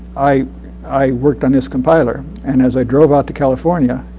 i i worked on this compiler. and as i drove out to california,